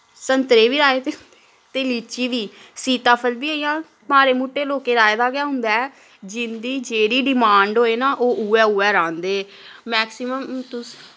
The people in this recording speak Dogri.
संतरे बी लाए दे होंदे ते लीची बी सीताफल बी इ'यां मढ़े मुट्टे लोकें लाए दा गै होंदा ऐ जिं'दी जेह्ड़ी डिमांड होए ना ओह् उऐ उऐ राह्ंदे मैक्सिमम तुस